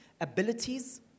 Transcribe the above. abilities